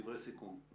דברי סיכום.